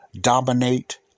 dominate